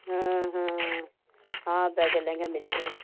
हाँ ब्राइडल लहंगा मिलेगा